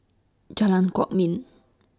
Jalan Kwok Min